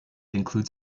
includes